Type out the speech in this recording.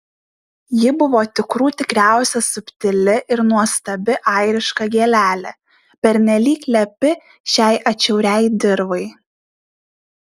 ji buvo tikrų tikriausia subtili ir nuostabi airiška gėlelė pernelyg lepi šiai atšiauriai dirvai